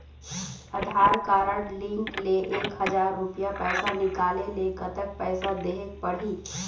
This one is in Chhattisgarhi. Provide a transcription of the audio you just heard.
आधार कारड लिंक ले एक हजार रुपया पैसा निकाले ले कतक पैसा देहेक पड़ही?